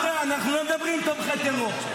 חבר'ה, אנחנו לא מדברים עם תומכי טרור.